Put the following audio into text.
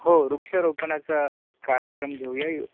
हो वृक्ष रोपणाचा एक कार्यक्रम घेऊ या